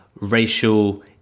racial